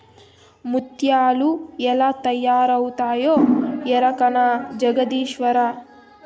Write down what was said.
ముత్యాలు ఎలా తయారవుతాయో ఎరకనా జగదీశ్వరా